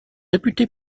réputé